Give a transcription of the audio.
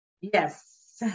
Yes